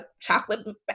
chocolate